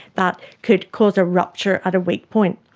that could cause a rupture at a weak point.